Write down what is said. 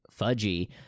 fudgy